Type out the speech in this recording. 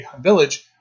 village